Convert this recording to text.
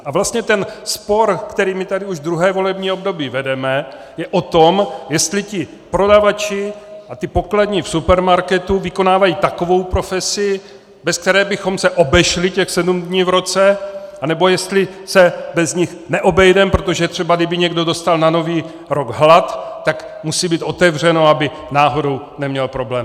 A vlastně ten spor, který my tady už druhé volební období vedeme, je o tom, jestli ti prodavači a ty pokladní v supermarketu vykonávají takovou profesi, bez které bychom se obešli těch sedm dní v roce, anebo jestli se bez nich neobejdeme, protože kdyby třeba někdo dostal na Nový rok hlad, tak musí být otevřeno, aby náhodou neměl problém.